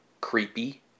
creepy